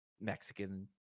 Mexican